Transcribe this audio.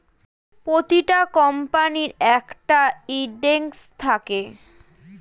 প্রতিটা কোম্পানির একটা ইন্ডেক্স থাকে